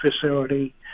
facility